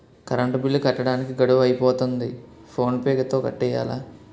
current bill కట్టడానికి గడువు అయిపోతంది ఫోన్ పే తో కట్టియ్యాల